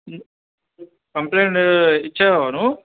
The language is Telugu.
కంప్లెయింట్ ఇచ్చావా నువ్వు